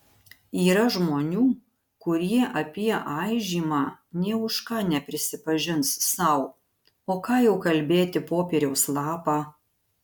yra žmonių kurie apie aižymą nė už ką neprisipažins sau o ką jau kalbėti popieriaus lapą